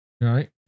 Right